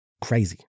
Crazy